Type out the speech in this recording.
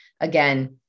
again